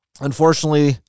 unfortunately